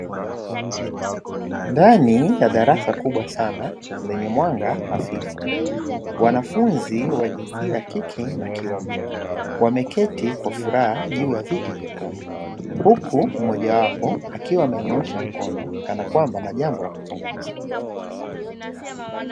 Ndani ya darasa kubwa sana, lenye mwanga hafifu. Wanafunzi wa jinsia ya kike na kiume, wameketi kwa furaha juu ya viti vyekundu. Huku mmojawapo akiwa amenyoosha mkono, kana kwamba kuna jambo la kuzungumza.